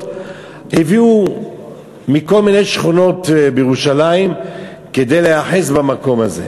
הביאו מכל מיני שכונות בירושלים כדי להיאחז במקום הזה.